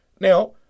Now